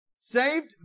Saved